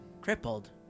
Crippled